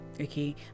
Okay